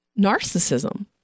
Narcissism